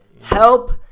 help